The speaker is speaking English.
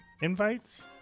invites